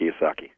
Kiyosaki